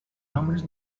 nombres